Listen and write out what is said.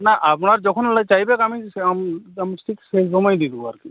না আপনার যখন লা চাইবেন আমি আম আমি ঠিক সেই সময়ই দিয়ে দেবো আর কি